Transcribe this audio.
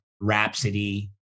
Rhapsody